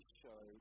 show